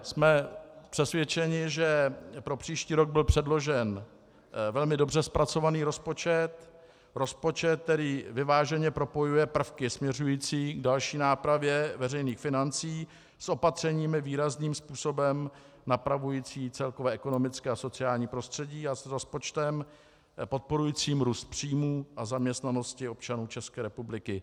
Jsme přesvědčeni, že pro příští rok byl předložen velmi dobře zpracovaný rozpočet, rozpočet, který vyváženě propojuje prvky směřující k další nápravě veřejných financí s opatřeními výrazným způsobem napravujícími celkové ekonomické a sociální prostředí a s rozpočtem podporujícím růst příjmů a zaměstnanosti občanů České republiky.